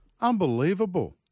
Unbelievable